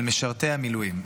על משרתי המילואים.